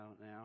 now